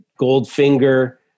Goldfinger